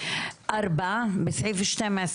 (4)בסעיף 2ו